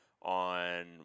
on